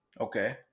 Okay